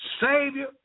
Savior